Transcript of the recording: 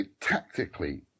Tactically